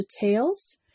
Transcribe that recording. details